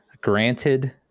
granted